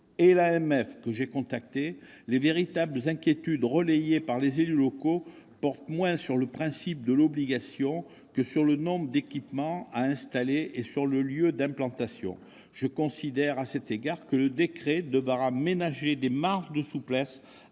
que j'ai contactées, les véritables inquiétudes relayées par les élus locaux portent moins sur le principe de l'obligation que sur le nombre d'équipements à installer et leur lieu d'implantation. Je considère à cet égard que le décret devra ménager des marges de souplesse